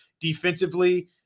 Defensively